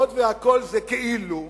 היות שהכול זה כאילו,